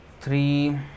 Three